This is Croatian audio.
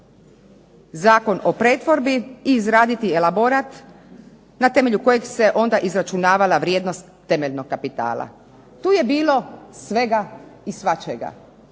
Zakon o pretvori i izraditi elaborat na temelju kojeg se izračunavala vrijednost temeljnog kapitala. Tu je bilo svega i svačega.